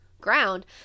ground